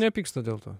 nepyksta dėl to